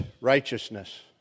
righteousness